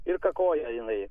ir kakoja jinai